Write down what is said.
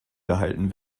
gehalten